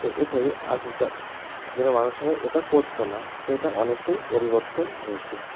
তাই এটাই আগেকার দিনে মানুষেরা এটা করতো না তো এটা অনেকটাই পরিবর্তন হয়েছে